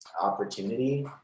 opportunity